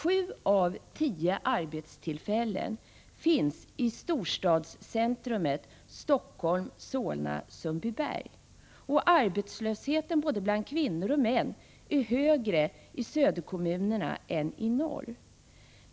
Sju av tio arbetstillfällen finns i storstadscentrumet Stockholm, Solna och Sundbyberg. Arbetslösheten bland både kvinnor och män är högre i de södra kommunerna än i de norra.